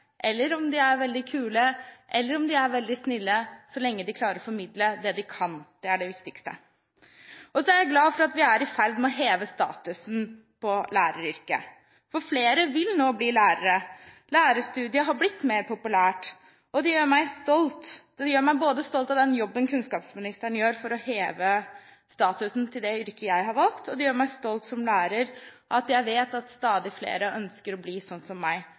eller veldig snille – så lenge de klarer å formidle det de kan, er det det viktigste. Jeg er glad for at vi er i ferd med å heve statusen til læreryrket. Flere vil nå bli lærere, og lærerstudiet har blitt mer populært. Jeg blir stolt av både den jobben kunnskapsministeren gjør for å heve statusen til det yrket jeg har valgt, og det gjør meg stolt som lærer at jeg vet at stadig flere ønsker å bli det samme som meg.